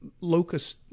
locust